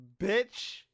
bitch